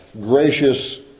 gracious